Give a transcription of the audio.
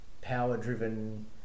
power-driven